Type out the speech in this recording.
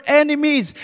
enemies